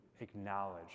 acknowledge